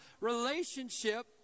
relationship